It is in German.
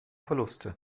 verluste